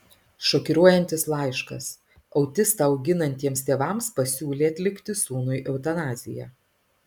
šokiruojantis laiškas autistą auginantiems tėvams pasiūlė atlikti sūnui eutanaziją